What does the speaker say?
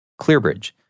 ClearBridge